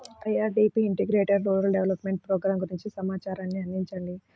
IRDP integrated rural development programme గురించి సమాచారాన్ని అందించండి?